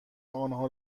آنها